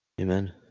Amen